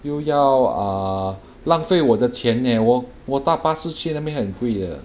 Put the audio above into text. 又要 ah 浪费我的钱 leh 我我搭巴士去那边很贵的